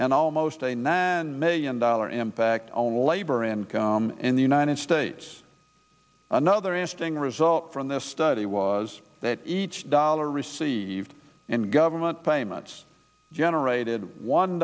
and almost a now million dollar impact on labor income in the united states another interesting result from this study was that each dollar received in government payments generated one